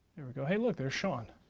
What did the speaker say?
hey, look there's shawn.